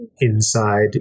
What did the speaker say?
Inside